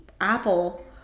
apple